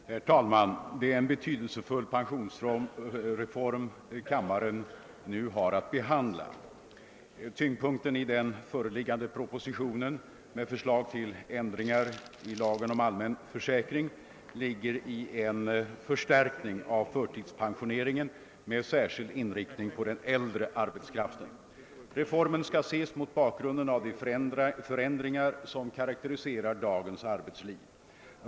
Herr talman! Det är en betydelsefull pensionsreform kammaren i dag har att behandla. Tyngdpunkten i den föreliggande propositionen med förslag till ändringar i lagen om allmän försäkring ligger i en förstärkning av förtidspensioneringen med särskild inriktning på den äldre arbetskraften. Reformen skall ses mot bakgrunden av de förändringar som karakteriserar dagens arbetsliv.